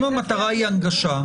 אם המטרה היא הנגשה,